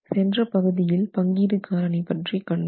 சென்ற பகுதியில் பங்கீடு காரணி பற்றி கண்டோம்